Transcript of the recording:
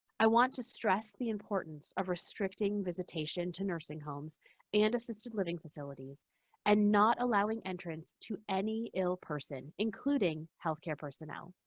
i want to stress the importance of restricting visitation to nursing homes and assisted living facilities and not allowing entrance to any ill person, including healthcare personnel.